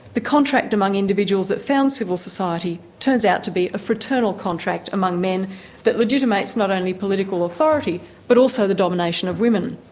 the contract among individuals that found civil society turns out to be a fraternal contract among men that legitimates not only political authority but also the domination of women.